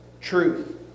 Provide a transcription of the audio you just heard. truth